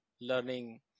learning